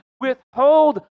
withhold